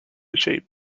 shape